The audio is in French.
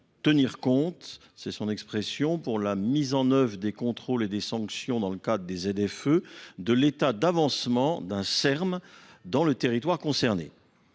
tenir compte, c'est son expression pour la mise en œuvre des contrôles et des sanctions dans le cadre des F e de l'état d'avancement d'un Erm dans les territoires d'un